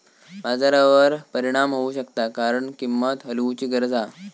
बाजारावर परिणाम होऊ शकता कारण किंमत हलवूची गरज हा